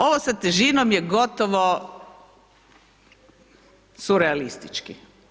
Ovo sa težinom je gotovo su realistički.